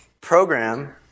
Program